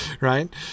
right